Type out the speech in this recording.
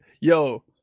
yo